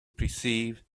perceived